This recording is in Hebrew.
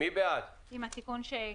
כל הפסקאות.